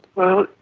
well,